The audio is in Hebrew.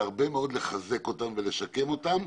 והרבה מאוד לחזק אותן ולשקם אותן,